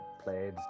played